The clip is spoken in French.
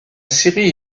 série